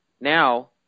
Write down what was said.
now